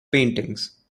paintings